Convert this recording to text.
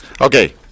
Okay